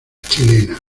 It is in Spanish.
chilena